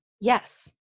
Yes